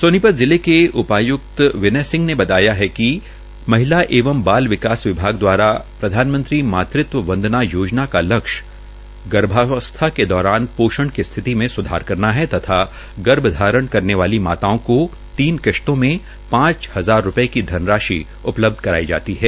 सोनीपत जिले के उपाय्क्त विनय सिंह ने बताया है किक महिला एंव बाल विकास विभाग द्वारा प्रधानमंत्री मातृत्व वंदना योजना का लक्ष्य गर्भावस्था क दौरान पोषण की स्थिति में सुधार करना है तथा गर्भाधारण करने वाली माताओं को तीन किशतों में पांच हजार रूपये की धनराशि उपलब्ध कराई जाती है